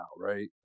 right